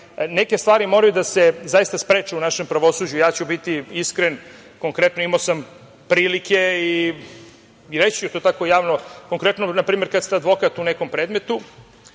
neke stvari moraju da se zaista spreče u našem pravosuđu. Ja ću biti iskren, konkretno, imao sam prilike i reći ću to tako javno. Konkretno, kada ste advokat u nekom predmetu